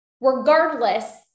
regardless